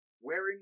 wearing